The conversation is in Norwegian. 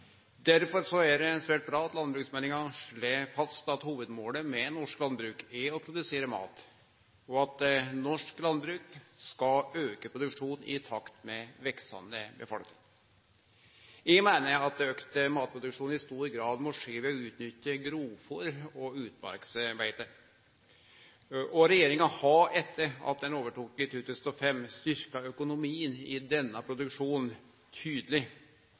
Derfor er det svært bra at landbruksmeldinga slår fast at hovudmålet med norsk landbruk er å produsere mat, og at norsk landbruk skal auke produksjonen i takt med veksande befolkning. Eg meiner at auka matproduksjon i stor grad må skje ved å utnytte grovfôr og utmarksbeite. Regjeringa har etter at ho overtok i 2005, styrkt økonomien i denne produksjonen tydeleg,